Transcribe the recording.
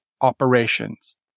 operations